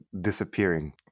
disappearing